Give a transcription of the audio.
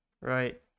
Right